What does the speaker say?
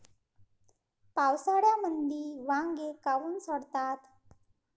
पावसाळ्यामंदी वांगे काऊन सडतात?